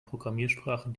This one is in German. programmiersprachen